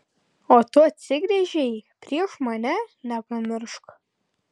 o tu atsigręžei prieš mane nepamiršk